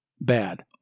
bad